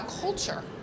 culture